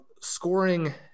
scoring